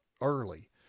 early